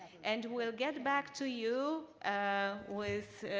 and we'll get back to you ah with